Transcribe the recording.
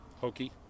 hokey